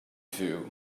view